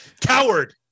coward